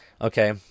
okay